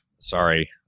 Sorry